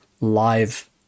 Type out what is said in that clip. live